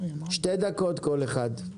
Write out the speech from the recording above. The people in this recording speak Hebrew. שתי דקות כל אחד.